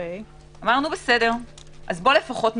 אמרנו: אז בוא לפחות נפחית.